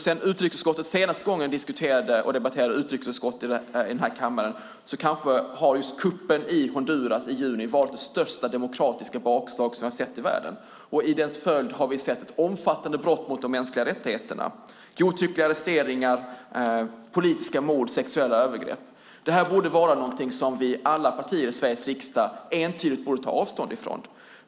Sedan utrikesutskottet senast diskuterade och debatterade här i kammaren är kuppen i Honduras i juni det största demokratiska bakslaget som vi sett i världen. I dess följe har vi sett omfattande brott mot de mänskliga rättigheterna - godtyckliga arresteringar, politiska mord och sexuella övergrepp. Detta borde vara något som alla partier i Sveriges riksdag entydigt tar avstånd från.